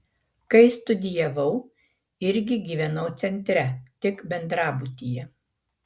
kai studijavau irgi gyvenau centre tik bendrabutyje